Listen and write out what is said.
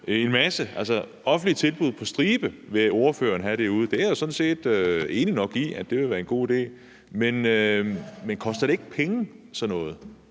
altså, offentlige tilbud på stribe vil ordføreren have derude. Det er jeg sådan set enig i nok ville være en god idé, men koster sådan noget